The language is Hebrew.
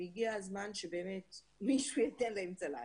והגיע הזמן שבאמת מישהו ייתן להם צל"ש.